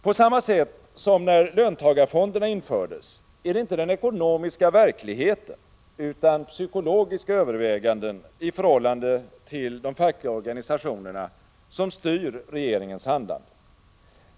På samma sätt som när löntagarfonderna infördes är det inte den ekonomiska verkligheten utan psykologiska överväganden i förhållande till de fackliga organisationerna som styr regeringens handlande.